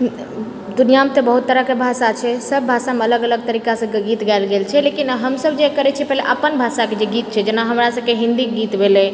दुनियामे तऽ बहुत तरहकेँ भाषा छै सब भाषामे अलग अलग तरीकासँ गीत गाएल गेल छै लेकिन हम सब जे करैत छियै पहिले अपन भाषाके जे गीत छै जेना हमरा सबके हिन्दी गीत भेलै